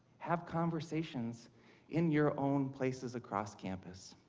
have conversations in your own places across campus.